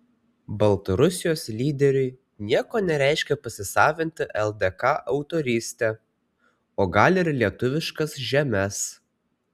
baltarusijos lyderiui nieko nereiškia pasisavinti ldk autorystę o gal ir lietuviškas žemes